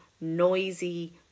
noisy